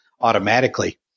automatically